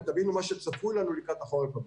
ותבינו מה צפוי לנו לקראת החורף הבא.